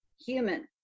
human